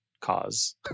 cause